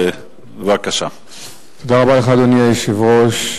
תודה רבה לך, אדוני היושב-ראש.